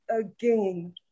again